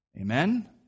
Amen